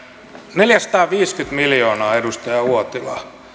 neljäsataaviisikymmentä miljoonaa edustaja uotila